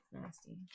Nasty